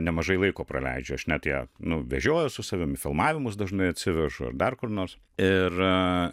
nemažai laiko praleidžiu aš net ją nu vežiojuos su savimi į filmavimus dažnai atsivežu ar dar kur nors ir